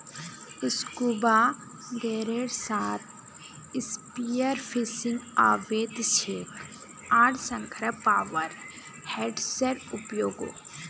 scuba गियरेर साथ spearfishing अवैध छेक आर संगह पावर हेड्सेर उपयोगो